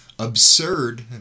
Absurd